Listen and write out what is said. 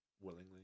willingly